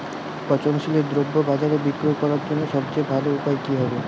পচনশীল দ্রব্য বাজারে বিক্রয় করার জন্য সবচেয়ে ভালো উপায় কি হবে?